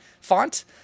font